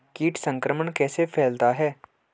कीट संक्रमण कैसे फैलता है?